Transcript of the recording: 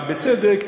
אבל בצדק,